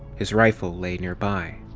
his rifle lay nearby.